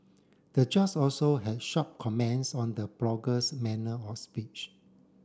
the judge also had sharp comments on the blogger's manner of speech